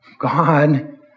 God